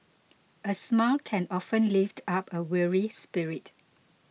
a smile can often lift up a weary spirit